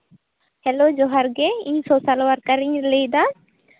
hello ᱡᱚᱦᱟᱨ ᱜᱮ ᱤᱧ ᱥᱳᱥᱟᱞ ᱚᱣᱟᱨᱠᱟᱨᱤᱧ ᱞᱟᱹᱭᱫᱟ